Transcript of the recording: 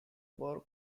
work